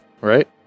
right